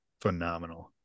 phenomenal